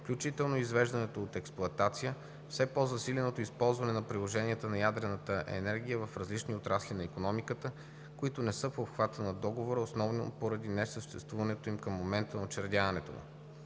включително и извеждането от експлоатация, все по-засиленото използване на приложенията на ядрената енергия в различни отрасли на икономиката, които не са в обхвата на Договора, основно поради несъществуването им към момента на учредяването